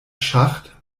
schacht